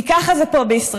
כי ככה זה פה בישראל.